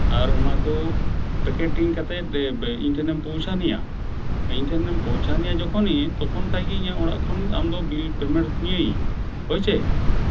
ᱟᱨ ᱚᱱᱟᱠᱚ ᱯᱮᱠᱮᱴᱤᱝ ᱠᱟᱛᱮᱫ ᱤᱧ ᱴᱷᱮᱱᱮᱢ ᱯᱳᱶᱪᱷᱟᱱᱤᱭᱟ ᱤᱧ ᱴᱷᱮᱱᱮᱢ ᱯᱳᱶᱪᱷᱟᱱᱤᱭᱟ ᱡᱚᱠᱷᱚᱱ ᱜᱮ ᱛᱚᱠᱷᱚᱱ ᱠᱷᱟᱡ ᱜᱮ ᱤᱧᱟᱹᱜ ᱚᱲᱟᱜ ᱠᱷᱚᱱ ᱟᱢᱫᱚ ᱵᱤᱞ ᱯᱮᱢᱮᱱᱴ ᱢᱤᱭᱟᱹᱧ ᱦᱳᱭᱥᱮ